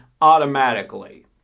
automatically